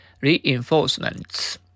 reinforcements